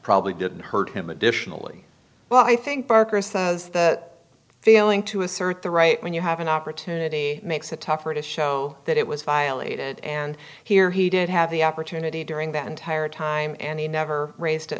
probably didn't hurt him additionally well i think barker says that feeling to assert the right when you have an opportunity makes it tougher to show that it was violated and here he did have the opportunity during that entire time and he never raised it